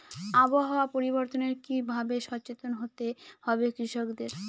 আবহাওয়া পরিবর্তনের কি ভাবে সচেতন হতে হবে কৃষকদের?